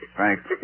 Thanks